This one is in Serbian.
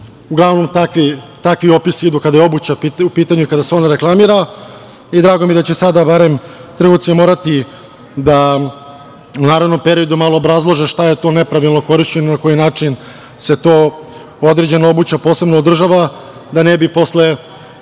Uglavnom takvi opisi idu kada je obuća u pitanju i kada se ona reklamira. Drago mi je da će sada trgovci morati da u narednom periodu malo obrazlože šta je to nepravilno korišćeno i na koji način se određena obuća posebno održava, da ne bi posle